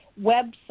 website